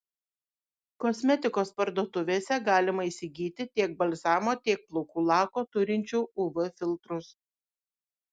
kosmetikos parduotuvėse galima įsigyti tiek balzamo tiek plaukų lako turinčių uv filtrus